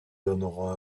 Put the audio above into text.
donneront